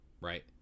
right